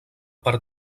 per